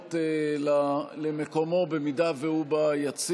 לעלות למקומו, אם הוא ביציע.